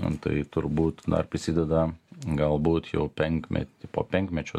antai turbūt na ir prisideda galbūt jau penkmetį po penkmečio